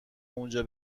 اونجا